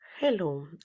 Hello